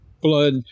blood